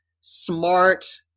smart